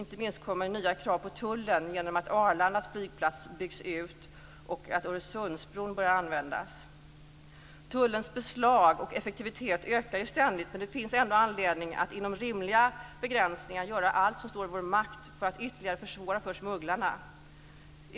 Inte minst kommer nya krav på tullen genom att Arlandas flygplats byggs ut och att Öresundsbron börjar användas. Tullens beslag och effektivitet ökar ju ständigt, men det finns ändå anledning att inom rimliga begränsningar göra allt som står i vår makt för att ytterligare försvåra för smugglarna.